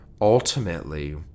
Ultimately